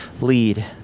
lead